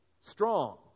strong